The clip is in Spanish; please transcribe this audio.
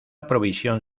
provisión